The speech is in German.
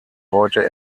heute